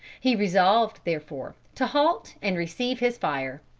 he resolved, therefore, to halt and receive his fire.